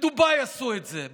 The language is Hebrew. בדובאי עשו את זה,